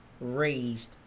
raised